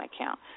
account